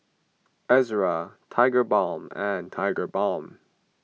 Ezerra Tigerbalm and Tigerbalm